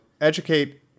educate